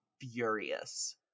furious